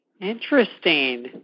Interesting